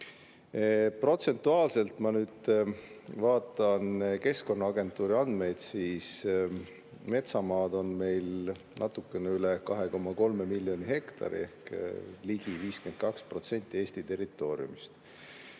Protsentuaalselt – ma nüüd vaatan Keskkonnaagentuuri andmeid – on meil metsamaad natukene üle 2,3 miljoni hektari ehk ligi 52% Eesti territooriumist.